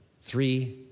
three